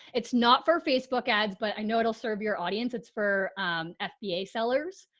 it's not for facebook ads, but i know it will serve your audience. it's for um, ah fba sellers.